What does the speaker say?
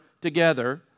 together